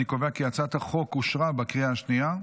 אני קובע כי הצעת החוק אושרה בקריאה השנייה.